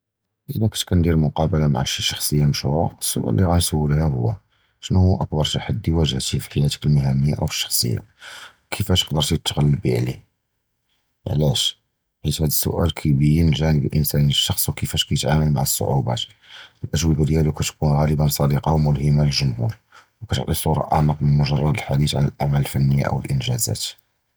אִלַא קִנְת קַאנְדִיר מֻקָּאאַבַּלָה מִע שִי שַחְסִיָּה מַשְהוּרָה, אִל-סְוַאל לִי גַאנְסוּלְה הוּוּ שְנּו הוּוּ אַכְבַּר תַּחַ'דִי וַאגְ'הְתִּיה פִי חַיַּאתְכּ אִל-מִهِנִיָּה אוּ אִל-פְרְסוֹנִיָּה? כִּיפַאש קִדְרְתִי תִּתְעַלְבִּי עָלֵיהָ?, עַלַאש חִית הַדִּי אִל-סְוַאל קִיְבִּין אִל-גַ'נְב אִל-אִנְסָאנִי שִיַּל שִי וְכִיפַאש קִיְתְעַאמַל מَع אִל-צּוּעוּבּוּת, אִל-אַגְּווַابּ דִיַּלְהוּם קִתְּקוּן גַ'לְבָּאן צַ'דִיקָה וּמְלְהִימָה לִל-גּוּמוּר וְקִתְּעְטִי סוּרָה אַעְמַק מִן מֻג'רָד אִל-חִדּוּת עַלַע אִל-עֻמַּל אִל-פְנִי אוּ אִל-אִנְגִ'אזָאת.